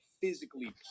physically